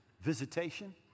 visitation